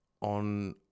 On